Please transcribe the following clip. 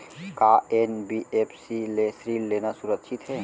का एन.बी.एफ.सी ले ऋण लेना सुरक्षित हे?